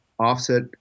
offset